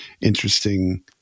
interesting